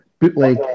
bootleg